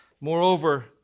Moreover